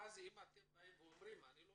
ואם אתם אומרים שאתם לא